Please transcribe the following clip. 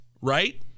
right